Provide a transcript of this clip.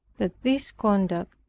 that this conduct,